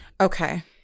okay